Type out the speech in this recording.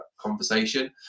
conversation